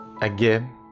Again